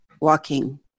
walking